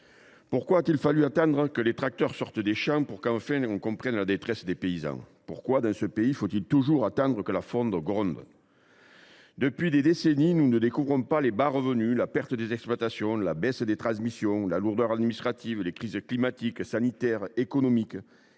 Pourquoi a t il fallu que les tracteurs sortent des champs pour que l’on comprenne enfin la détresse des paysans ? Pourquoi, dans ce pays, faut il toujours attendre que la fronde gronde ? Nous ne découvrons pas les bas revenus, la disparition des exploitations, la baisse des transmissions, la lourdeur administrative, les crises climatiques, sanitaires, économiques